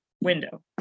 window